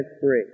free